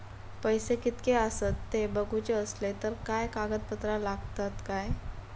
पैशे कीतके आसत ते बघुचे असले तर काय कागद पत्रा लागतात काय?